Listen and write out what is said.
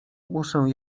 muszę